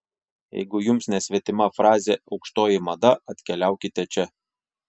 jeigu jums nesvetima frazė aukštoji mada atkeliaukite čia